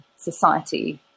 society